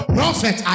Prophet